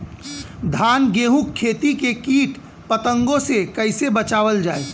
धान गेहूँक खेती के कीट पतंगों से कइसे बचावल जाए?